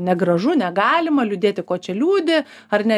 negražu negalima liūdėti ko čia liūdi ar ne